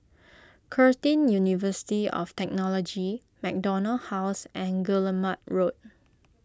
Curtin University of Technology MacDonald House and Guillemard Road